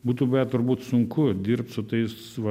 būtų buvę turbūt sunku dirbt su tais va